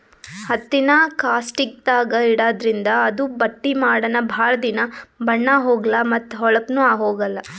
ಹತ್ತಿನಾ ಕಾಸ್ಟಿಕ್ದಾಗ್ ಇಡಾದ್ರಿಂದ ಅದು ಬಟ್ಟಿ ಮಾಡನ ಭಾಳ್ ದಿನಾ ಬಣ್ಣಾ ಹೋಗಲಾ ಮತ್ತ್ ಹೋಳಪ್ನು ಹೋಗಲ್